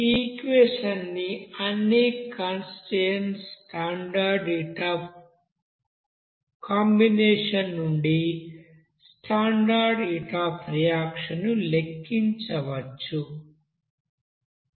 ఈ ఈక్వెషన్ నుండి అన్ని constituents standard heat of combination నుండి స్టాండర్డ్ హీట్ అఫ్ రియాక్షన్ ను లెక్కించవచ్చు